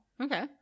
Okay